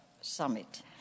summit